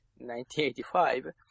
1985